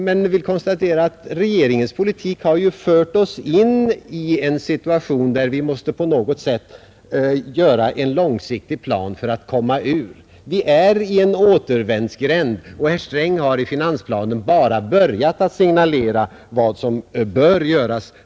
Jag vill konstatera att regeringens politik har lett oss in i en så besvärlig situation att det är nödvändigt att på något sätt upprätta en långsiktig plan för att komma ur den. Vi är i en återvändsgränd. Herr Sträng har i finansplanen bara börjat signalera vad som bör göras.